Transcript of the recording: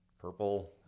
purple